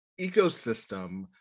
ecosystem